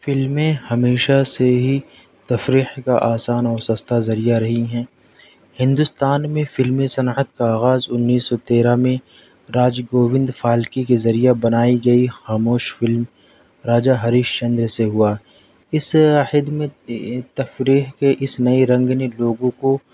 فلمیں ہمیشہ سے ہی تفریح کا آسان اور سستا ذریعہ رہی ہیں ہندوستان میں فلمی صنعت کا آغاز انیس سو تیرہ میں راج گوند فالکے کے ذریعہ بنائی گئی خاموش فلم راجہ ہریش چندر سے ہوا اس عہد میں تفریح کے اس نئے رنگ نے لوگوں کو